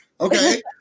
Okay